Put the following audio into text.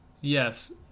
yes